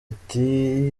ati